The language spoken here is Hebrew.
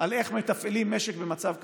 איך מתפעלים משק במצב כזה,